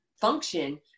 function